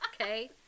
okay